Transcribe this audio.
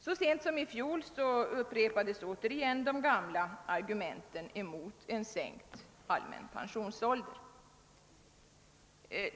Så sent som i fjol upprepades återigen de gamla argumenten mot en sänkt allmän pensionsålder.